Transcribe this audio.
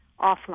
offline